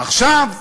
עכשיו,